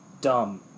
dumb